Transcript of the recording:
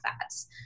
fats